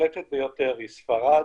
הבולטת ביותר היא ספרד,